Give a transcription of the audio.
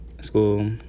School